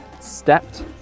stepped